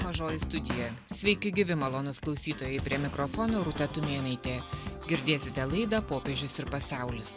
mažoji studija sveiki gyvi malonūs klausytojai prie mikrofono rūta tumėnaitė girdėsite laida popiežius ir pasaulis